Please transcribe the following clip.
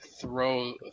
Throw